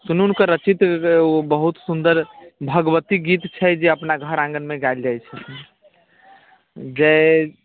सुनू एगो हुनकर रचित एगो बहुत सुन्दर भगवती गीत छै जे अपना घर आङ्गनमे गायल जाइत छै जय